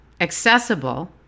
accessible